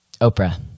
Oprah